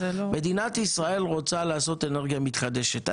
מדינת ישראל רוצה לעשות אנרגיה מתחדשת.